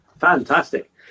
Fantastic